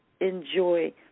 enjoy